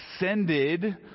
ascended